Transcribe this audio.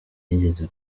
yigeze